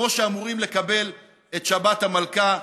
כמו שאמורים לקבל את שבת המלכה,